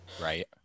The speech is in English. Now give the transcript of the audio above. Right